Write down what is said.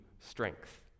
Strength